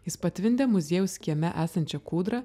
jis patvindė muziejaus kieme esančią kūdrą